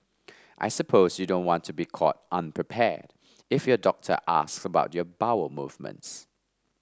I suppose you don't want to be caught unprepared if your doctor asks about your bowel movements